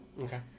Okay